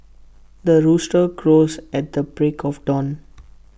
the rooster crows at the break of dawn